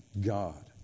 God